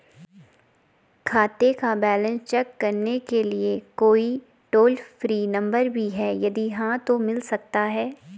खाते का balance check करने के लिए कोई टॉल फ्री नम्बर भी है यदि हाँ तो मिल सकता है?